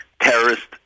terrorist